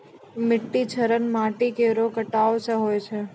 मिट्टी क्षरण माटी केरो कटाव सें होय छै